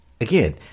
again